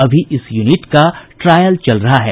अभी इस यूनिट का ट्रायल चल रहा है